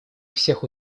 всех